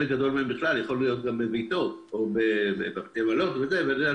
לסיכום, אני תומך בכלי הזה.